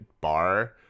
bar